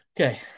Okay